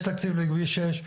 יש תקציב לכביש 6,